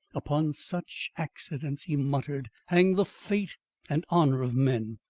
upon such accidents, he muttered, hang the fate and honour of men.